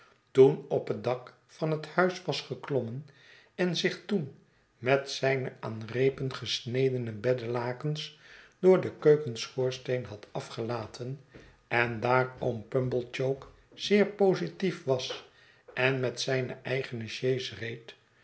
toen op het dak van het huis was gekomen en zich toen met zijne aan reepen gesnedene beddelakens door den keukenschoorsteen had afgelaten en daar oom pumblechook zeer positief was en met zijne eigene sjees reed